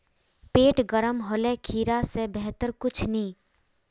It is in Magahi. पेट गर्म होले खीरा स बेहतर कुछू नी